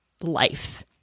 life